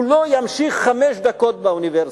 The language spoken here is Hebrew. הוא לא ימשיך חמש דקות באוניברסיטה.